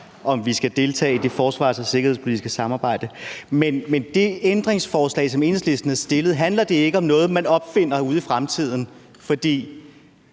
om vi skal deltage i det forsvars- og sikkerhedspolitiske samarbejde. Men handler det ændringsforslag, som Enhedslisten har stillet, ikke om noget, man opfinder ude i fremtiden? For